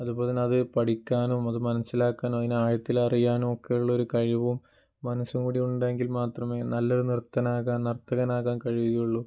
അതുപോലെ തന്നെ അത് പഠിക്കാനും അത് മനസ്സിലാക്കാനും അതിന് ആഴത്തിൽ അറിയാനുമൊക്കെ ഉള്ള ഒരു കഴിവും മനസ്സും കൂടി ഉണ്ടെങ്കിൽ മാത്രമേ നല്ല ഒരു നൃത്തനാകാൻ നർത്തകനാകാൻ കഴിയുകയുള്ളു